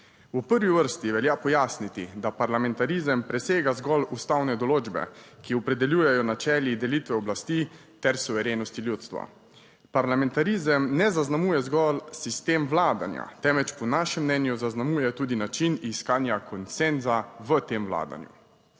V prvi vrsti velja pojasniti, da parlamentarizem presega zgolj ustavne določbe, ki opredeljujejo z načeli delitve oblasti ter suverenosti ljudstva. Parlamentarizem ne zaznamuje zgolj sistem vladanja, temveč po našem mnenju zaznamuje tudi način iskanja konsenza v tem vladanju.